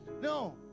No